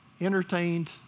entertained